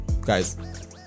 guys